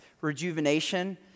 rejuvenation